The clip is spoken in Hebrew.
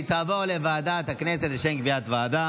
ועדת הכנסת נתקבלה.